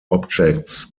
objects